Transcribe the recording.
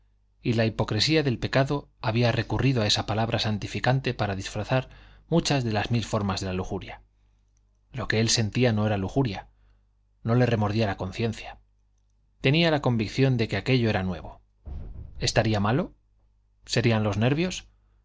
y la hipocresía del pecado había recurrido a esa palabra santificante para disfrazar muchas de las mil formas de la lujuria lo que él sentía no era lujuria no le remordía la conciencia tenía la convicción de que aquello era nuevo estaría malo serían los nervios